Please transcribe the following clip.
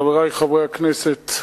חברי חברי הכנסת,